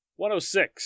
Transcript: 106